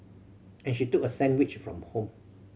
and she took a sandwich from home